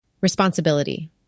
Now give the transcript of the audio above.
Responsibility